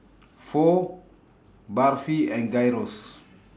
Pho Barfi and Gyros